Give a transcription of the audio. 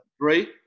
Three